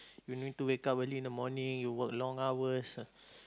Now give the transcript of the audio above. you need to wake up early in the morning you work long hours